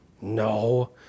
No